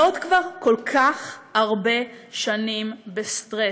להיות כבר כל כך הרבה שנים בסטרס.